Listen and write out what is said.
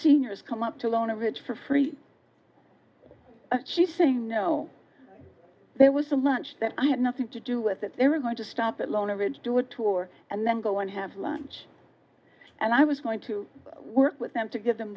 seniors come up to loan a rich for free she saying no there was so much that i had nothing to do with that they were going to stop at loner ridge do a tour and then go and have lunch and i was going to work with them to give them